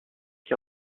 qui